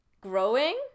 growing